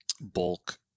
bulk